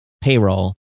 payroll